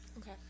Okay